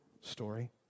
story